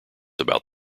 about